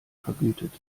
vergütet